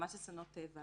ממש אסונות טבע